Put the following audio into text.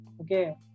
okay